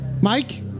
Mike